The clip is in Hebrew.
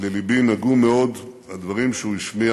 שללבי נגעו מאוד הדברים שהוא השמיע